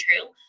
true